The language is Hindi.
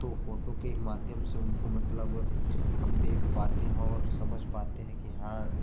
तो फोटो के ही माध्यम से उनको मतलब हम देख पाते हैं और समझ पाते हैं कि हाँ